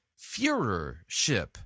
Führership